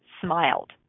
smiled